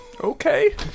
okay